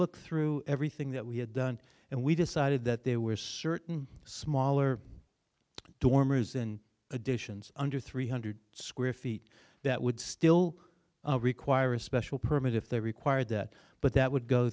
look through everything that we had done and we decided that there were certain smaller dormers in additions under three hundred square feet that would still require a special permit if they required that but that would go